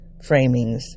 framings